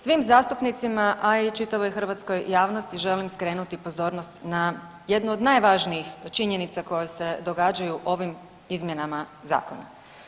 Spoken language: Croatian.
Svim zastupnicima, a i čitavoj hrvatskoj javnosti želim skrenuti pozornost na jednu od najvažnijih činjenica koje se događaju ovim izmjenama zakona.